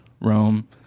Rome